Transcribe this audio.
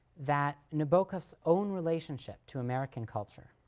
that nabokov's own relationship to american culture,